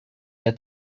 der